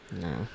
No